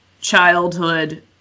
childhood